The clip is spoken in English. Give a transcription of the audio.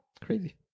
Crazy